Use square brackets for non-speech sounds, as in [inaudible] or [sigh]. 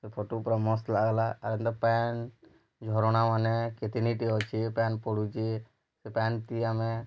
ଏ photo ପୁରା ମସ୍ତ ଲାଗ୍ଲା [unintelligible] ପାନ୍ ଝରଣାମାନେ କେତିନି ଟେ ଅଛି ପାନ୍ ପଢ଼ୁଛି ସେ ପାନ୍ ଥି ଆମେ